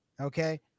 Okay